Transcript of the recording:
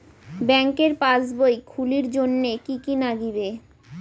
ব্যাঙ্কের পাসবই খুলির জন্যে কি কি নাগিবে?